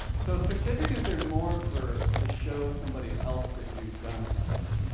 so certificates are more for to show somebody else that you've done something.